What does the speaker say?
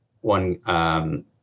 one